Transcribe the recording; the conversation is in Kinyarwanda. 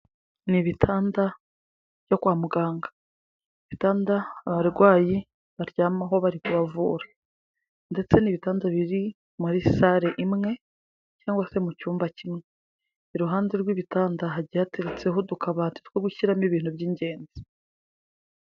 Ni ibitanda byo kwa muganga ibitanda abarwayi baryamaho bari kubavura, ndetse ni ibitanda biri muri sale imwe cyangwa se mu cyumba kimwe, iruhande rw'ibitanda hagiye hateretseho udukabati two gushyiramo ibintu by'ingenzi.